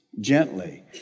gently